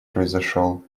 произошёл